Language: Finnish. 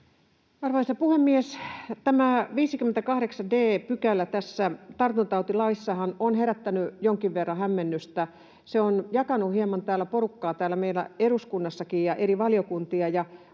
Arvoisa puhemies! Tämä 58 d § tässä tartuntatautilaissahan on herättänyt jonkin verran hämmennystä. Se on hieman jakanut täällä meillä eduskunnassakin porukkaa ja eri valiokuntia,